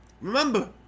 Remember